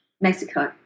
Mexico